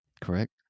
Correct